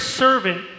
servant